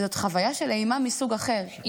וזאת חוויה של אימה מסוג אחר.